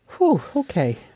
Okay